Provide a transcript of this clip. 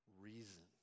reason